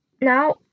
Now